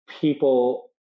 people